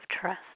trust